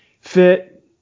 fit